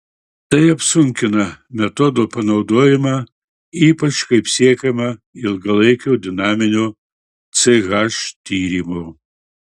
tai apsunkina metodo panaudojimą ypač kai siekiama ilgalaikio dinaminio ch tyrimo